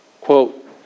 Quote